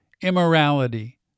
immorality